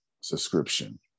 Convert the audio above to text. subscription